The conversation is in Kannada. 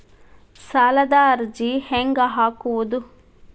ಸಾಲದ ಅರ್ಜಿ ಹೆಂಗ್ ಹಾಕುವುದು?